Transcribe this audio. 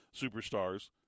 superstars